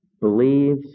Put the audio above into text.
believes